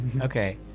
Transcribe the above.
okay